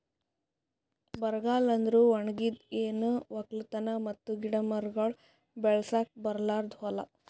ಬರಗಾಲ ಅಂದುರ್ ಒಣಗಿದ್, ಏನು ಒಕ್ಕಲತನ ಮತ್ತ ಗಿಡ ಮರಗೊಳ್ ಬೆಳಸುಕ್ ಬರಲಾರ್ದು ಹೂಲಾ